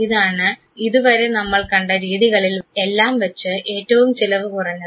ഇതാണ് ഇതുവരെ നമ്മൾ കണ്ട രീതികളിൽ എല്ലാം വെച്ച് ഏറ്റവും ചിലവ് കുറഞ്ഞത്